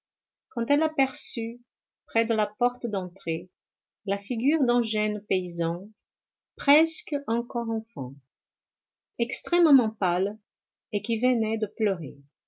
quand elle aperçut près de la porte d'entrée la figure d'un jeune paysan presque encore enfant extrêmement pâle et qui venait de pleurer